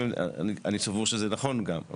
אני סבור שזה נכון גם.